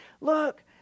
look